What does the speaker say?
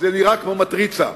זה נראה כמו מטריצה,